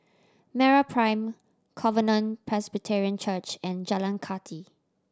MeraPrime Covenant Presbyterian Church and Jalan Kathi